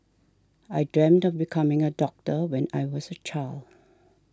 I dreamt of becoming a doctor when I was a child